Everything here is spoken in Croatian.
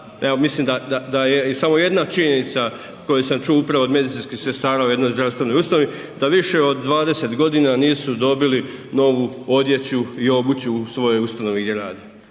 mislim da je i samo jedna činjenica koju sam čuo upravo od medicinskih sestara u jednoj zdravstvenoj ustanovi da više od 20 g. nisu dobili novu odjeću i obuću u svojoj ustanovi gdje rade.